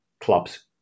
clubs